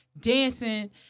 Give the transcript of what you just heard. dancing